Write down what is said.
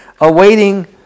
awaiting